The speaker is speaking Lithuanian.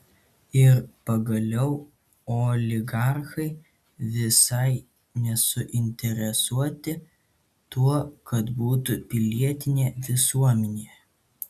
ir pagaliau oligarchai visiškai nesuinteresuoti tuo kad būtų pilietinė visuomenė